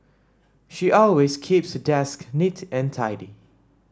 she always keeps her desk neat and tidy